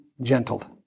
gentled